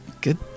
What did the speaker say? Good